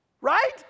right